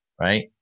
Right